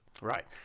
Right